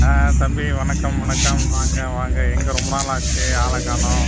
ஆ தம்பி வணக்கம் வணக்கம் வாங்க வாங்க எங்கே ரொம்ப நாளாச்சு ஆளை காணும்